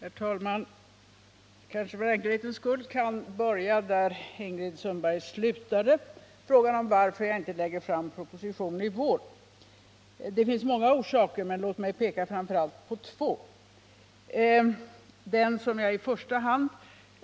Herr talman! Jag skall för enkelhetens skull börja där Ingrid Sundberg slutade, dvs. med frågan varför jag inte lägger fram propositionen på detta område i vår. Det finns många orsaker till det, men låt mig framför allt peka på två.